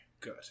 good